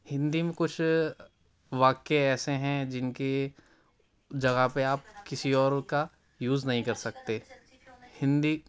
ہندی میں کچھ واکیہ ایسے ہیں جن کی جگہ پہ آپ کسی اور کا یوز نہیں کر سکتے ہندی